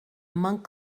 monk